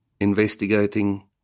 investigating